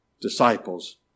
disciples